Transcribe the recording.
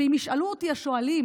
ואם ישאלו אותי השואלים